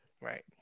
right